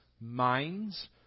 minds